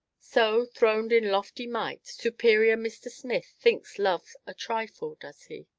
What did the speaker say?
so, throned in lofty might, superior mr. smith thinks love a trifle, does he?